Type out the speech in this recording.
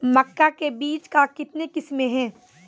मक्का के बीज का कितने किसमें हैं?